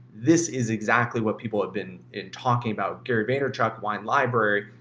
this is exactly what people have been talking about gary vaynerchuk, wine library,